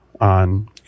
on